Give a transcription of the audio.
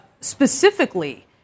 Specifically